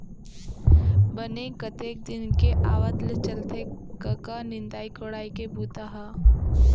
बने कतेक दिन के आवत ले चलथे कका निंदई कोड़ई के बूता ह?